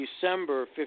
December